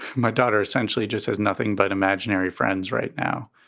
my daughter essentially just has nothing but imaginary friends right now.